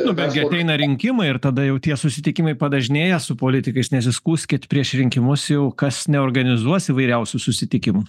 nu bet gi ateina rinkimai ir tada jau tie susitikimai padažnėja su politikais nesiskųskit prieš rinkimus jau kas neorganizuos įvairiausių susitikimų